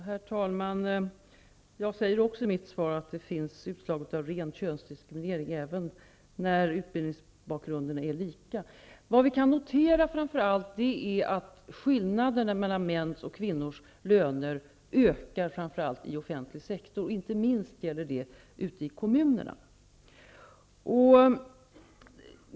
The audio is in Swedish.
Herr talman! Jag säger också i mitt svar att det finns utslag av ren könsdiskriminering även när utbildningsbakgrunden är lika. Vad vi kan notera är att skillnaderna mellan mäns och kvinnors löner ökar framför allt i offentlig sektor, inte minst ute i kommunerna.